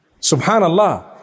Subhanallah